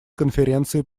конференции